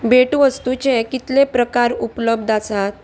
भेटवस्तूचे कितले प्रकार उपलब्ध आसात